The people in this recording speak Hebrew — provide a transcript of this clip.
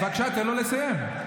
בבקשה, תן לו לסיים.